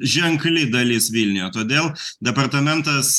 ženkli dalis vilniuje todėl departamentas